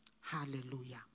Hallelujah